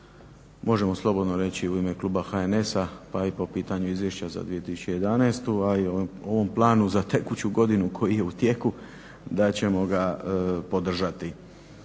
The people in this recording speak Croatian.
možemo slobodno reći u ime kluba HNS-a pa i po pitanju izvješća za 2011., a i u ovom planu za tekuću godinu koji je u tijeku da ćemo ga podržati.